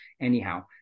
Anyhow